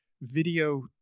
video